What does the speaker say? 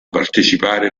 partecipare